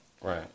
Right